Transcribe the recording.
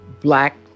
black